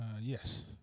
Yes